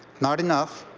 not enough,